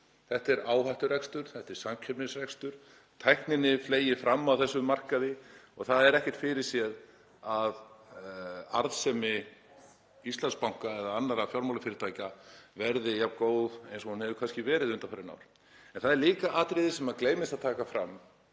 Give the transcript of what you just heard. Þetta er áhætturekstur, þetta er samkeppnisrekstur. Tækninni fleygir fram á þessum markaði og það er ekkert fyrirséð að arðsemi Íslandsbanka eða annarra fjármálafyrirtækja verði jafn góð og hún hefur verið undanfarin ár. En það er líka atriði sem gleymist að taka fram